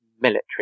military